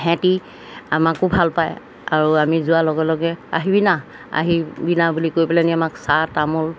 হেতি আমাকো ভাল পায় আৰু আমি যোৱাৰ লগে লগে আহিবিনা আহি বিনা বুলি কৈ পেলাইনি আমাক চাহ তামোল